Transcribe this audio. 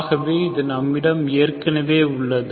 ஆகவே இது நம்மிடம் ஏற்கனவே உள்ளது